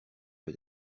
que